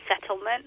settlement